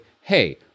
hey